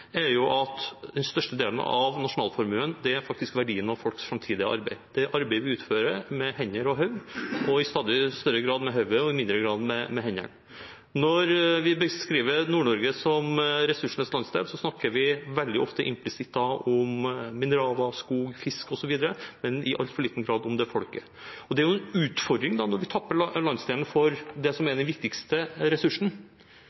at den største delen av nasjonalformuen faktisk er verdien av folks framtidige arbeid. Det er arbeid vi utfører med hender og hode – og i stadig større grad med hodet og i mindre grad med hendene. Når vi beskriver Nord-Norge som ressursenes landsdel, snakker vi veldig ofte implisitt om mineraler, skog, fisk osv., men i altfor liten grad om folket. Det er en utfordring når vi tapper landsdelen for det som er